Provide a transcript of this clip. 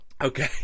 Okay